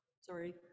sorry